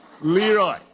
Leroy